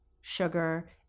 sugar